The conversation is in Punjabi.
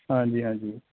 ਹਾਂਜੀ ਹਾਂਜੀ